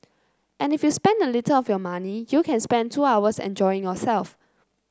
and if you spend a little of your money you can spend two hours enjoying yourself